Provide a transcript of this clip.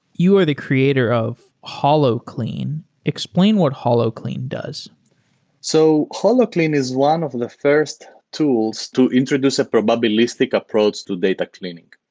you are the creator of holoclean. explain what holoclean does so holoclean is one of the first tools to introduce a probabilistic approach to data cleaning.